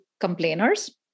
complainers